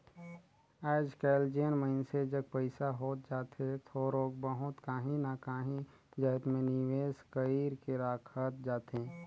आएज काएल जेन मइनसे जग पइसा होत जाथे थोरोक बहुत काहीं ना काहीं जाएत में निवेस कइर के राखत जाथे